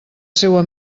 seua